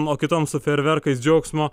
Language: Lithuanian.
o kitoms su fejerverkais džiaugsmo